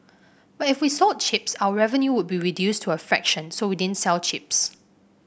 but if we sold chips our revenue would be reduced to a fraction so we didn't sell chips